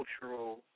cultural